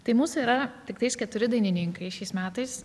tai mūsų yra tiktais keturi dainininkai šiais metais